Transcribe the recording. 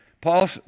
Paul